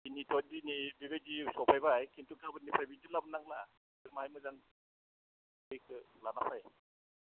दिनैथ' दिनै बेबादि सफायबाय खिन्थु गाबोननिफ्राय बेबायदि लाबो नांला बाहाय मोजां दैखो लाना फै